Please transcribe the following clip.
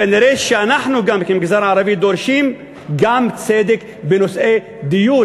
כנראה שאנחנו במגזר הערבי דורשים גם צדק בנושא דיור,